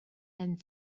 and